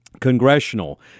Congressional